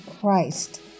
Christ